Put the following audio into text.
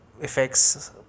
effects